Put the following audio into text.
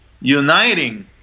uniting